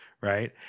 right